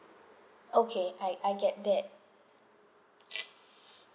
okay I I get that